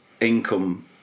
income